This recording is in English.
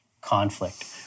conflict